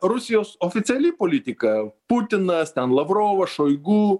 rusijos oficiali politika putinas ten lavrovas šoigu